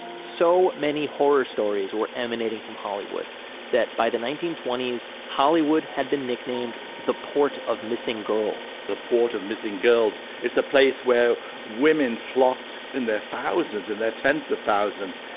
so many horror stories were emanating from hollywood that by the nineteen twenty s hollywood had been nicknamed, the port of missing girls. the port of missing girls is a place where women flocked in the thousands, in the tens of thousands,